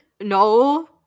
No